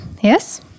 yes